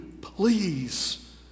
please